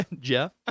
Jeff